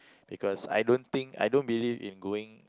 because I don't think I don't believe in going